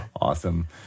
Awesome